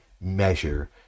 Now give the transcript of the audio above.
measure